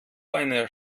einer